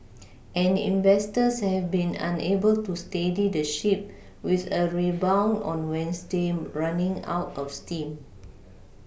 and investors have been unable to steady the ship with a rebound on wednesday running out of steam